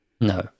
No